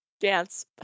dance